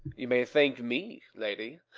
you may thank me, lady,